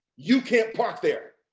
you can't park there.